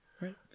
Right